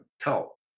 tell